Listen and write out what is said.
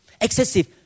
Excessive